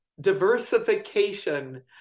diversification